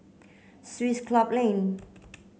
Swiss Club Lane